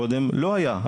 קודם לא היה.